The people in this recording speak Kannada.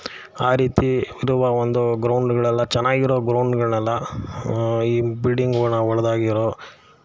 ಆ ರೀತಿ ಇರುವ ಒಂದು ಗ್ರೌಂಡ್ಗಳೆಲ್ಲ ಚೆನ್ನಾಗಿರೋ ಗ್ರೌಂಡುಗಳ್ನೆಲ್ಲ ಈ ಬಿಲ್ಡಿಂಗಳನ್ನು ಒಡ್ದಾಕಿರೋ